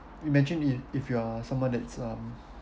imagine it if you are someone that's uh